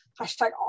hashtag